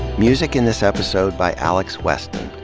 music in this episode by alex weston.